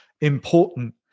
important